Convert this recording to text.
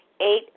Eight